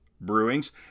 Brewing's